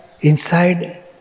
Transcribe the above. inside